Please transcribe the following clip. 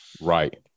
Right